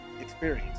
experience